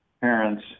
parents